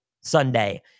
Sunday